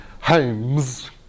homes